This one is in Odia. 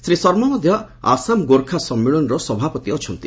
ଶ୍ରୀ ଶର୍ମା ମଧ୍ୟ ଆସାମ ଗୋର୍ଖା ସମ୍ମିଳନର ସଭାପତି ଅଛନ୍ତି